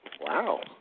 wow